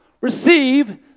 receive